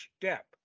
step